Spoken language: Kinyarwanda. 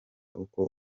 uko